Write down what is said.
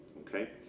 Okay